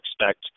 expect